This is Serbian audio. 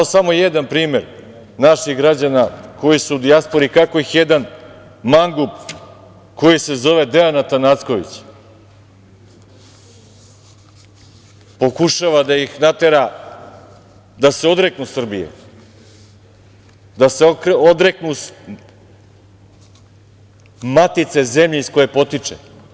Samo jedan primer naših građana koji su u dijaspori, kako jedan mangup, koji se zove Dejan Atanacković, pokušava da ih natera da se odreknu Srbije, da se odreknu matice, zemlje iz koje potiču.